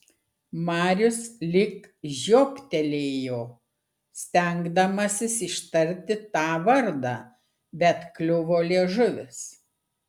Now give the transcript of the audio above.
marius lyg žioptelėjo stengdamasis ištarti tą vardą bet kliuvo liežuvis